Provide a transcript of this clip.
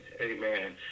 Amen